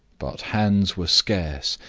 but hands were scarce,